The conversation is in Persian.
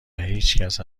هیچکس